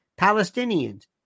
Palestinians